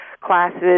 classes